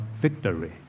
victory